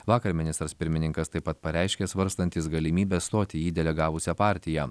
vakar ministras pirmininkas taip pat pareiškė svarstantis galimybę stoti į jį delegavusią partiją